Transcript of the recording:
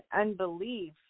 unbelief